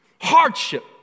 hardship